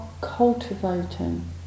cultivating